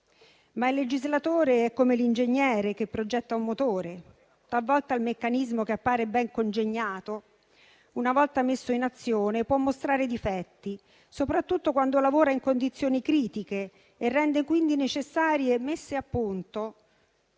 ma il legislatore è come l'ingegnere che progetta un motore: talvolta il meccanismo che appare ben congegnato, una volta messo in azione può mostrare difetti, soprattutto quando lavora in condizioni critiche e rende quindi necessarie messe a punto